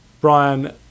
Brian